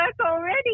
already